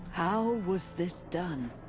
how was this done?